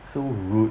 so rude